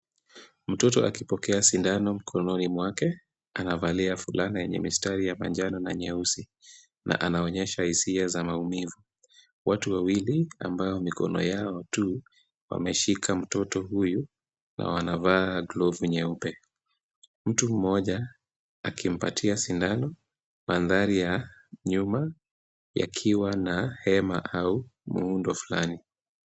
Mtoto akipokea sindano mkononi mwake, anavalia fulana yenye mistari ya manjano na nyeusi, na anaonyesha hisia za maumivu. Watu wawili ambao mikono yao tu wameshika mtoto huyu na wanavaa glovu nyeupe. Mtu mmoja akimpatia sindano, mandhari ya nyuma yakiwa na hema au muundo fulani.